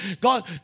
God